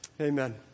Amen